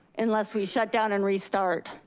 unless we shut down and restart.